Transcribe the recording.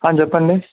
చెప్పండి